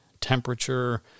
temperature